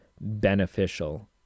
beneficial